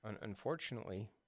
unfortunately